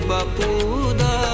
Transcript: Bapuda